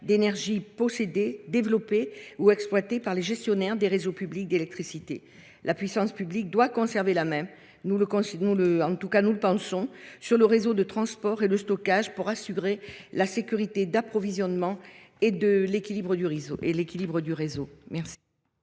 d’énergie possédées, développées ou exploitées par les gestionnaires de réseaux publics d’électricité. La puissance publique doit conserver la main sur le réseau de transport et sur le stockage pour assurer la sécurité de l’approvisionnement et l’équilibrage du réseau. Quel